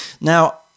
now